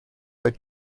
but